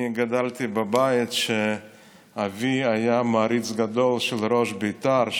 אני גדלתי בבית שבו אבי היה מעריץ גדול של ראש בית"ר,